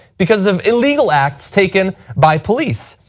because of illegal acts taken by police.